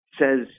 says